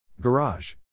Garage